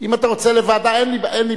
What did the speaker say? אם אתה רוצה לוועדה, אין לי בעיה.